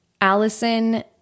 Allison